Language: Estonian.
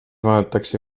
vaadatakse